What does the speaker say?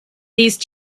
these